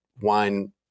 wine